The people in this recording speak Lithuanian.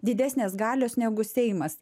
didesnės galios negu seimas